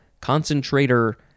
concentrator